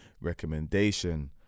recommendation